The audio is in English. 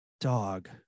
dog